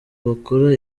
bakora